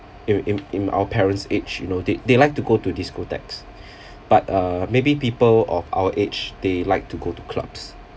in in in our parents' age you know they they like to go to disco tags but uh maybe people of our age they like to go to clubs